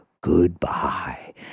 goodbye